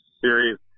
series